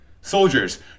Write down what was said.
Soldiers